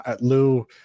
Lou